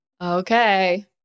Okay